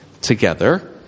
together